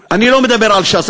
אני לא מדבר על ש"ס,